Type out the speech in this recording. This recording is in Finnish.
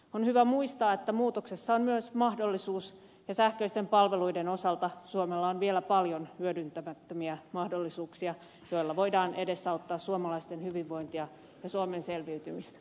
on hyvä muistaa että muutoksessa on myös mahdollisuus ja sähköisten palveluiden osalta suomella on vielä paljon hyödyntämättömiä mahdollisuuksia joilla voidaan edesauttaa suomalaisten hyvinvointia ja suomen selviytymistä